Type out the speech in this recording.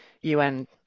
UN